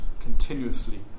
continuously